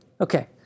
Okay